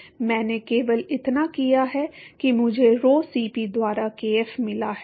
मैंने केवल इतना किया है कि मुझे rho Cp द्वारा kf मिला है